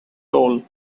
toll